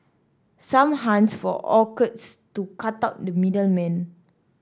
some hunt for orchards to cut out the middle man